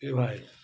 की भाइ